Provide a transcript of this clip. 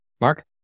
Mark